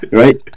right